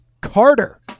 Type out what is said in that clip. Carter